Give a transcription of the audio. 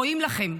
רואים לכם.